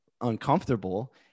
uncomfortable